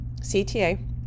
CTA